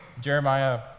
Jeremiah